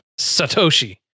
Satoshi